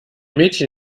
mädchen